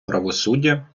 правосуддя